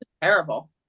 Terrible